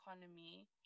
economy